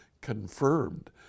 confirmed